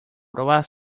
probar